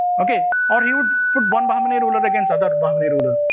ok? or he would put one bahmani ruler against other bahmani ruler,